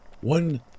one